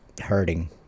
hurting